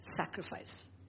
sacrifice